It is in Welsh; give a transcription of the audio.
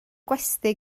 gwesty